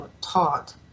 taught